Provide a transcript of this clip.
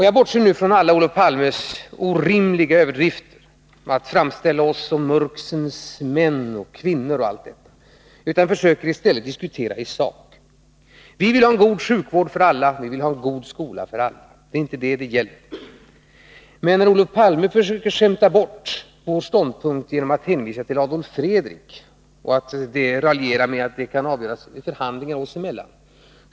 Jag bortser nu från alla Olof Palmes orimliga överdrifter, t.ex. att framställa oss som mörksens män och kvinnor. Jag försöker i stället diskutera i sak. Vi vill ha en god sjukvård för alla, och vi vill ha en god skola för alla. Det är inte detta debatten gäller. Olof Palme försöker skämta bort vår ståndpunkt genom att hänvisa till Adolf Fredrik och säga att den frågan kan avgöras genom förhandlingar oss emellan.